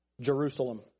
Jerusalem